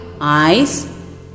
eyes